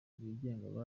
bigenga